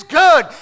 good